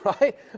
Right